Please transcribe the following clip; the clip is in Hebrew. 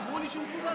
אמרו לי שהוא קוזז,